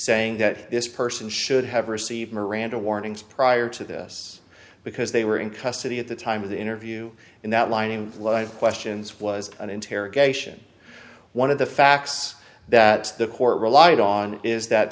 saying that this person should have received miranda warnings prior to this because they were in custody at the time of the interview and that line in life questions was an interrogation one of the facts that the court relied on is that